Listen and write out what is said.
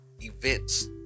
events